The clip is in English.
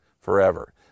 forever